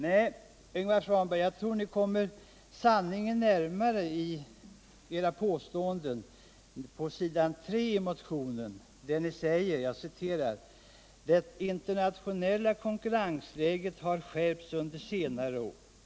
Nej, Ingvar Svanberg, jag tror att ni kommer sanningen närmare i edra påståenden på s. 3i motionen, där ni säger: ”Det internationella konkurrensläget har skärpts under senare år.